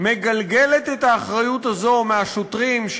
מגלגלת את האחריות הזו מהשוטרים,